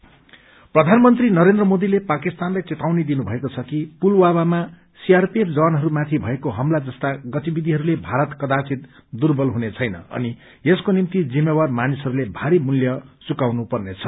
PM प्रधानमंत्री नरेन्द्र मोदीले पाकिस्तानलाई चेतावनी दिनुभएको छ कि पुलवामामा सीआरपीएफ जवानहरूमाथि भएको हमला जस्ता गतिविधिहरूले भारत कदाचित दूर्वल हुनेछैन अनि यसको निम्ति जिम्मेवार मानिसहरूले भारी मूल्य चुकाउनु पर्नेछ